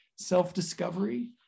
self-discovery